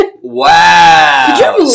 Wow